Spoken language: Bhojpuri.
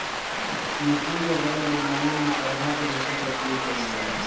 मछरी के जाल बनवले में पौधा के रेशा क उपयोग कईल जाला